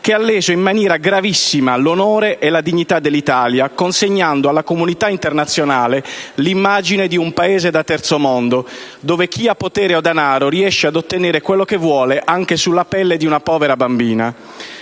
che ha leso in maniera gravissima l'onore e la dignità dell'Italia, consegnando alla comunità internazionale l'immagine di un Paese da Terzo mondo, dove chi ha potere o danaro riesce ad ottenere quello che vuole, anche sulla pelle di una povera bambina.